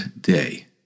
day